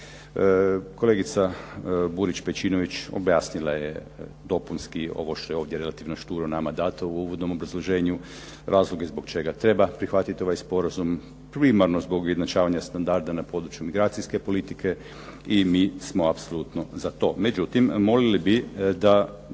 Kolegica Burić Pejčinović objasnila je dopunski ovo što je ovdje relativno šturo nama dato u uvodnom obrazloženju, razloge zbog čega treba prihvatiti ovaj sporazum, primarno zbog ujednačavanja standarda na području migracijske politike i mi smo apsolutno za to.